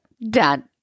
done